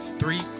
three